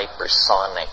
hypersonic